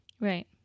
Right